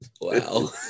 Wow